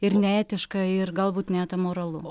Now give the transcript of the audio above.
ir neetiška ir galbūt net amoralu